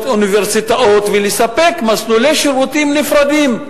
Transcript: אוניברסיטאות ולספק מסלולי שירותים נפרדים.